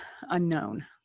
unknown